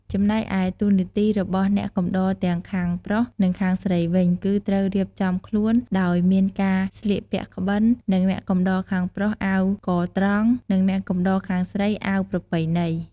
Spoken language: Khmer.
ចំណែកឯតួនាទីរបស់អ្នកកំដរទាំងខាងប្រុស និងខាងស្រីវិញ គឺត្រូវរៀបចំខ្លួន ដោយមានការស្លៀកពាក់ក្បិន និងអ្នកកំដរខាងប្រុសអាវកត្រង់ និងអ្នកកំដរខាងស្រីអាវប្រពៃណី។